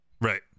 Right